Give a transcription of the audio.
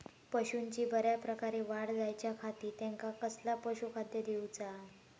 पशूंची बऱ्या प्रकारे वाढ जायच्या खाती त्यांका कसला पशुखाद्य दिऊचा?